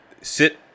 Sit